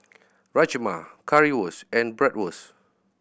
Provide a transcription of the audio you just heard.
Rajma Currywurst and Bratwurst